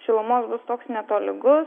šilumos bus toks netolygus